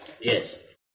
Yes